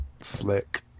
slick